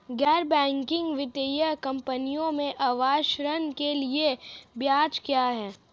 गैर बैंकिंग वित्तीय कंपनियों में आवास ऋण के लिए ब्याज क्या है?